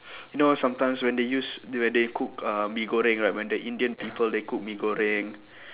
you know sometimes when they use when they cook uh mee goreng right when the indian people they cook mee goreng